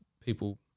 people